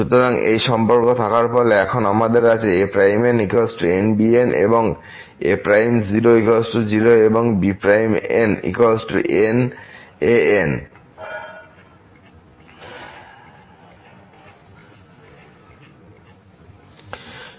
সুতরাং এই সম্পর্ক থাকার ফলে এখন আমাদের আছে a'nn bn এবং a'00 এবং b'nn an